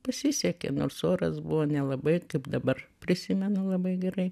pasisekė nors oras buvo nelabai kaip dabar prisimenu labai gerai